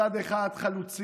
מצד אחד חלוצים,